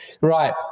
Right